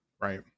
right